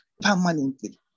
permanently